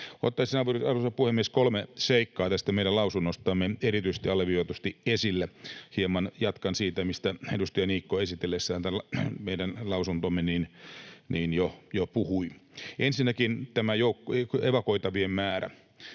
Ottaisin, arvoisa puhemies, kolme seikkaa tästä meidän mietinnöstämme erityisesti, alleviivatusti esille. Hieman jatkan siitä, mistä edustaja Niikko esitellessään tämän meidän mietintömme jo puhui. Ensinnäkin tämä evakuoitavien määrä: